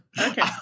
Okay